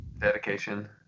dedication